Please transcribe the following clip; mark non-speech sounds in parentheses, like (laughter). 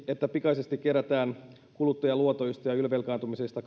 että pikaisesti kerätään kuluttajaluotoista ja ja ylivelkaantumisesta (unintelligible)